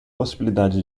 possibilidade